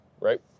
Right